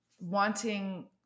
wanting